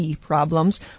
problems